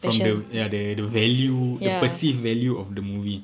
from the ya the value the perceived value of the movie